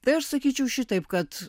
tai aš sakyčiau šitaip kad